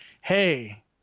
hey